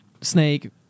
snake